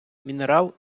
мінерал